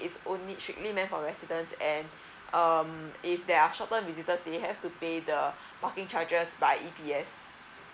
it's only strictly meant for residence and um if there are short term visitors they have to pay the parking charges by E_P_S